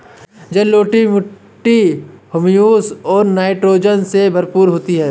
जलोढ़ मिट्टी हृयूमस और नाइट्रोजन से भरपूर होती है